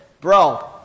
bro